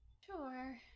Sure